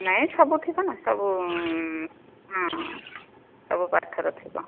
ନାହିଁ ସବୁ ଥିବ ନା ସବୁ ହଁ ସବୁ ପାଠର ଥିବ